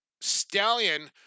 Stallion